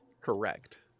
Correct